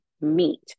meet